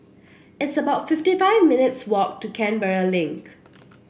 it's about fifty five minutes' walk to Canberra Link